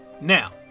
Now